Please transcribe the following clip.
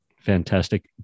Fantastic